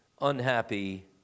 unhappy